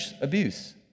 abuse